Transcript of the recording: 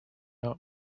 not